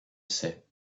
sait